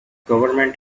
government